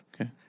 Okay